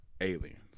Aliens